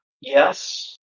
yes